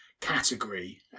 Category